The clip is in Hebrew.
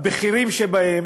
הבכירים שבהם,